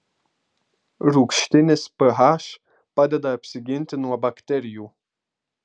rūgštinis ph padeda apsiginti nuo bakterijų